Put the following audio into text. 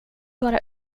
bara